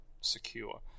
secure